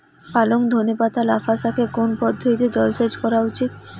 পালং ধনে পাতা লাফা শাকে কোন পদ্ধতিতে জল সেচ করা উচিৎ?